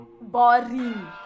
boring